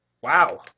Wow